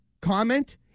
comment